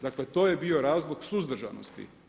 Dakle, to je bio razlog suzdržanosti.